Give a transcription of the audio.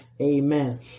Amen